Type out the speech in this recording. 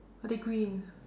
are they green